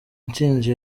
intsinzi